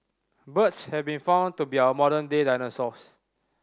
birds have been found to be our modern day dinosaurs